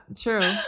true